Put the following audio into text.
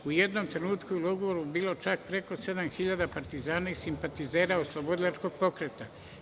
U jednom trenutku u logoru je bilo čak preko 7000 partizana i simpatizera iz Oslobodilačkog pokreta.